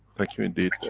thank you indeed.